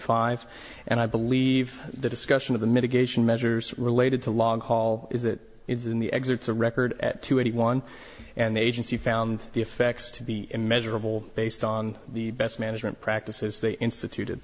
five and i believe the discussion of the mitigation measures related to long haul is that in the exits a record at two eighty one and the agency found the effects to be measurable based on the best management practices they instituted